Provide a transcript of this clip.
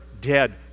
dead